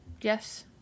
yes